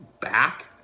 back